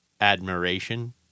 admiration